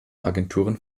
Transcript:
agenturen